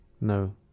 No